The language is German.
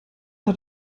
hat